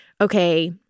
okay